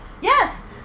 Yes